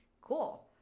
cool